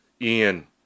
Ian